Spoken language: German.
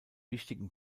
wichtigen